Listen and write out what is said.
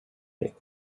day